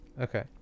Okay